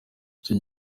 iki